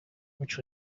which